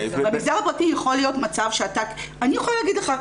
אני יכולה להגיד לך,